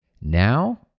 now